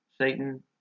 Satan